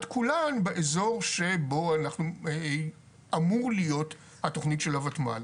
כולן באזור שבו אמורה להיות התכנית של הוותמ"ל.